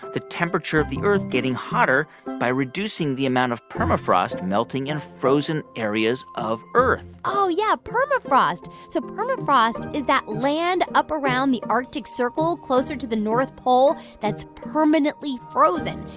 the temperature of the earth getting hotter by reducing the amount of permafrost melting in frozen areas of earth oh, yeah, permafrost. so permafrost is that land up around the arctic circle closer to the north pole that's permanently frozen.